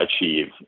achieve